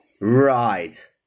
Right